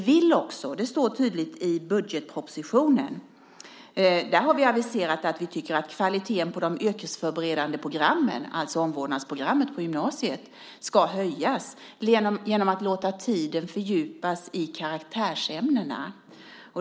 Vi har i budgetpropositionen aviserat, det uttrycks tydligt, att vi tycker att kvaliteten på de yrkesförberedande programmen, alltså omvårdnadsprogrammet på gymnasiet, ska höjas genom att fördjupa tiden i karaktärsämnena.